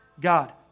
God